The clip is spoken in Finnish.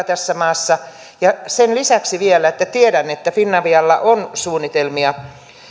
tässä maassa ja sen lisäksi vielä tiedän että finavialla on suunnitelmia